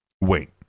wait